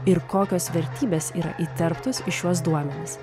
ir kokios vertybės yra įterptos į šiuos duomenis